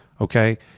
Okay